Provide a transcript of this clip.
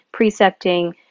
precepting